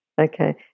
Okay